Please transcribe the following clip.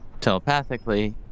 telepathically